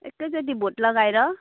एकैचोटि भोट लगाएर